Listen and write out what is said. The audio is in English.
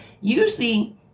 usually